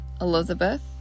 Elizabeth